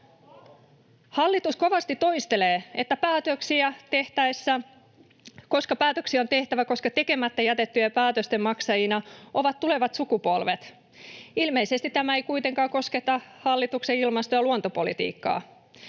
Hallitus kovasti toistelee, että päätöksiä on tehtävä, koska tekemättä jätettyjen päätösten maksajina ovat tulevat sukupolvet. Ilmeisesti tämä ei kuitenkaan kosketa hallituksen ilmasto- ja luontopolitiikkaa.